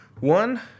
One